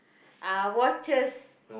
ah watches